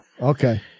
okay